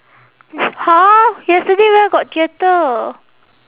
!huh! yesterday where got theatre